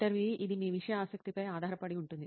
ఇంటర్వ్యూఈ ఇది మీ విషయ ఆసక్తిపై ఆధారపడి ఉంటుంది